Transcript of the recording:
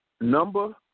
number